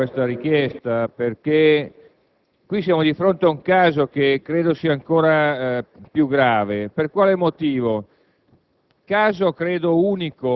Vorrei associarmi alla sua richiesta, perché qui ci troviamo di fronte ad un caso che credo sia ancora più grave. Per quale motivo?